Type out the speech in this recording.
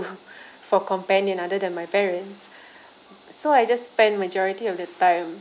for companion other than my parents so I just spent majority of the time